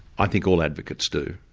i think all advocates do.